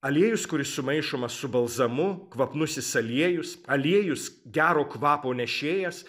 aliejus kuris sumaišomas su balzamu kvapnusis aliejus aliejus gero kvapo nešėjas